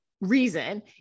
reason